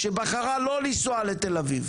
שבחרה לא לנסוע לתל אביב,